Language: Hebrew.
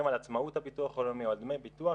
על עצמאות הביטוח הלאומי או על דמי ביטוח,